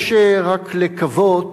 יש רק לקוות